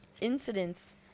incidents